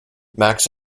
max